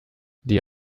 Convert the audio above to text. die